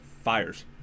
Fires